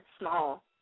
small